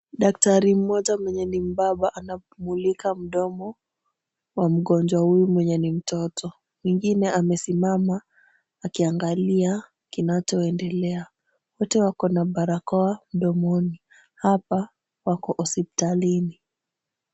Daktari mmoja mwenye ni mbaba anaumilika mdomo wa mgonjwa huyu mwenye ni mtoto. Mwingine amesimama akiangalia kinachoendelea. Wote wako na barakoa mdomoni. Hapa wako hospitalini.